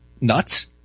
nuts